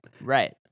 Right